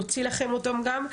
נוציא לכם אותן גם.